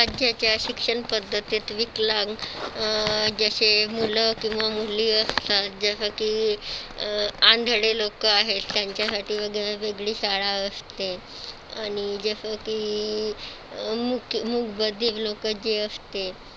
राज्याच्या शिक्षणपद्धतीत विकलांग जसे मुलं किंवा मुली असतात जसं की आंधळे लोक आहेत त्यांच्यासाठी वगैरे वेगळी शाळा असते आणि जसं की मुके मूकबधीर लोक जी असते